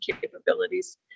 capabilities